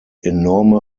enorme